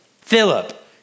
Philip